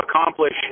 accomplish